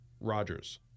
Rogers